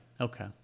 Okay